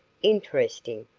interesting,